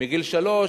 מגיל שלוש,